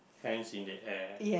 hands in the air